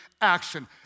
action